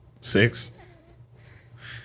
six